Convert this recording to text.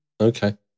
Okay